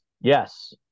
yes